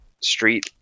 Street